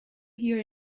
here